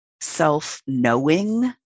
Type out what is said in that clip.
self-knowing